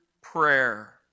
prayer